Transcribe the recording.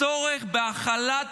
הצורך בהחלת